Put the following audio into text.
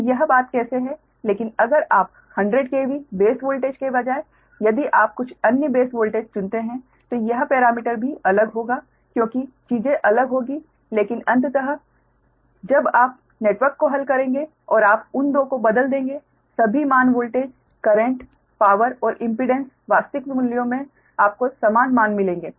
तो यह बात कैसे है लेकिन अगर आप 100 KV बेस वोल्टेज के बजाय यदि आप कुछ अन्य बेस वोल्टेज चुनते हैं तो यह पैरामीटर भी अलग होगा क्योंकि चीजे अलग होगी लेकिन अंततः जब आप नेटवर्क को हल करेंगे और आप उन को बदल देंगे सभी मान वोल्टेज करेंट पावर और इम्पीडेंस वास्तविक मूल्यों में आपको समान मान मिलेंगे